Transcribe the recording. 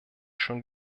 schon